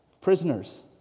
prisoners